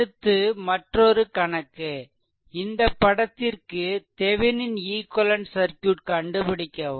அடுத்து மற்றொரு கணக்கு இந்த படத்திற்கு தெவெனின் ஈக்வெலென்ட் சர்க்யூட் கண்டுபிடிக்கவும்